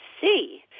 see